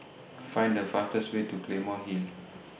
Find The fastest Way to Claymore Hill